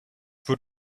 would